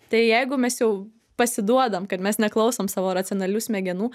tai jeigu mes jau pasiduodam kad mes neklausom savo racionalių smegenų